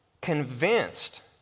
convinced